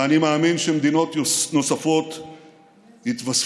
ואני מאמין שמדינות נוספות יתווספו,